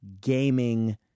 gaming